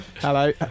Hello